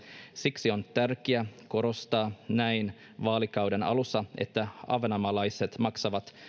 siksi on tärkeää korostaa näin vaalikauden alussa että ahvenanmaalaiset maksavat